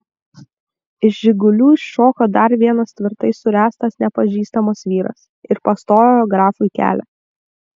iš žigulių iššoko dar vienas tvirtai suręstas nepažįstamas vyras ir pastojo grafui kelią